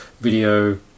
video